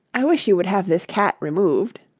i wish you would have this cat removed